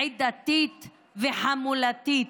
עדתית וחמולתית.